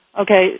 Okay